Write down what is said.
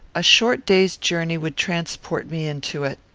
a short day's journey would transport me into it.